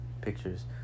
pictures